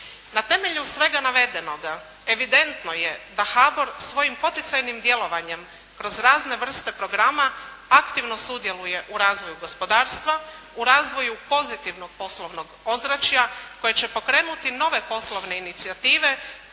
Na temelju svega navedenoga, evidentno je da HBOR svojim poticajnim djelovanjem kroz razne vrste programa aktivno sudjeluje u razvoju gospodarstva, u razvoju pozitivnog poslovnog ozračja koje će pokrenuti nove poslovne inicijative,